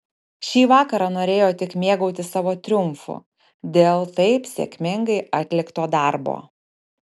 šį vakarą norėjo tik mėgautis savo triumfu dėl taip sėkmingai atlikto darbo